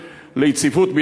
ליציבות,